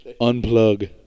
unplug